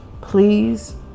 please